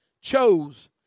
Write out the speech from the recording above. chose